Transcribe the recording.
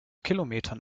kilometern